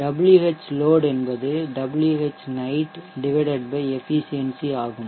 Whload என்பது Whnight efficiency ஆகும்